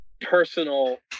personal